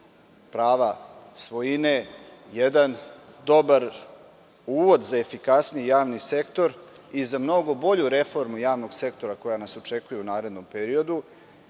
prava svojine jedan dobar uvod za efikasniji javni sektor i za mnogo bolju reformu javnog sektora koja nas očekuje u narednom periodu